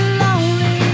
lonely